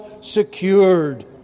secured